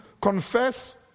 confess